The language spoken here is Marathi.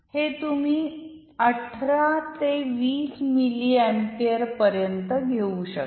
हे तुम्ही 18 ते 20 मिली अँपिअर पर्यंत घेऊ शकता